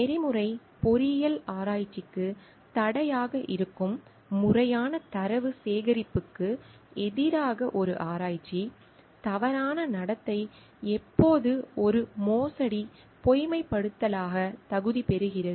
நெறிமுறை பொறியியல் ஆராய்ச்சிக்கு தடையாக இருக்கும் முறையான தரவு சேகரிப்புக்கு எதிராக ஒரு ஆராய்ச்சி தவறான நடத்தை எப்போது ஒரு மோசடி பொய்மைப்படுத்தலாக தகுதி பெறுகிறது